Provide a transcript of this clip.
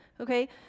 Okay